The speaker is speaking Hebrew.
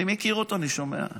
אני מכיר אותו, אני שומע עליו.